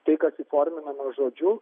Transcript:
tai kas įforminama žodžiu